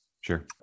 Sure